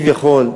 כביכול.